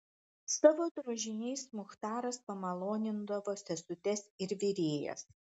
savo drožiniais muchtaras pamalonindavo sesutes ir virėjas